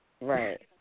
Right